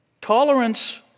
Tolerance